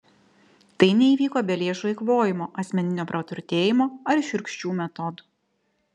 tai neįvyko be lėšų eikvojimo asmeninio praturtėjimo ar šiurkščių metodų